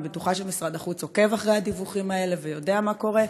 אני בטוחה שמשרד החוץ עוקב אחרי הדיווחים האלה ויודע מה קורה.